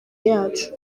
yacu